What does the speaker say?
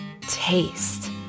Taste